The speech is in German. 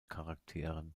charakteren